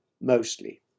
mostly